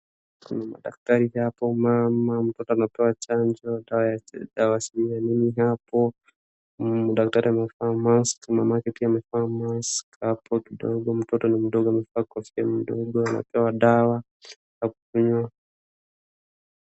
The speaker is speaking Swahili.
Kuna madaktari hapo, mama na mtoto anapewa chanjo, dawa ya kunywa dawa ya sindano yenyewe hapo. Daktari amevaa mask , mamake pia amevaa mask hapo kidogo. Mtoto ni mdogo amevaa kofia ndogo anapewa dawa ya kunywa.